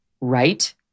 Right